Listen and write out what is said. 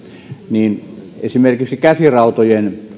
niin esimerkiksi käsirautojen